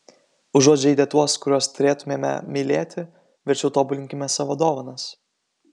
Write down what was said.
užuot žeidę tuos kuriuos turėtumėme mylėti verčiau tobulinkime savo dovanas